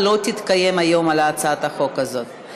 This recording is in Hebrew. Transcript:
על הצעת החוק הזאת לא תתקיים היום.